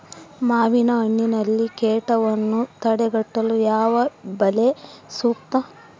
ಮಾವಿನಹಣ್ಣಿನಲ್ಲಿ ಕೇಟವನ್ನು ತಡೆಗಟ್ಟಲು ಯಾವ ಬಲೆ ಸೂಕ್ತ?